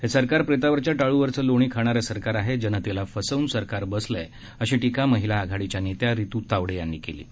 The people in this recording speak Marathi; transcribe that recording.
हे सरकार प्रेतावरच्या टाळ्वरचं लोणी खाणारं सरकार आहे जनतेला फसवून हे सरकार बसलं आहे अशी टीका महिला आघाडीच्या नेत्या रितू तावडे यांनी केली आहे